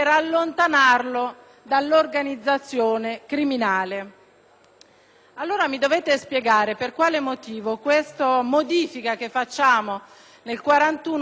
Allora mi dovete spiegare per quale motivo la modifica dell'articolo 41-*bis* prevede che le ore d'aria per un detenuto